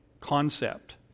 concept